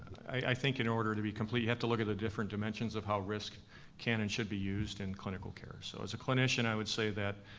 i think in order to be complete, you have to look at the different dimensions of how risk can and should be used in clinical care. so as a clinician, i would say that